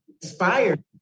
Inspired